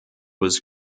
was